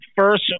first